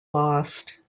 lost